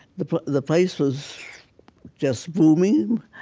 the the place was just booming.